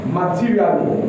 materially